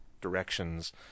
directions